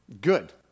Good